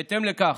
בהתאם לכך,